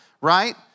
right